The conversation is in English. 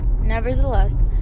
Nevertheless